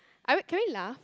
I we can we laugh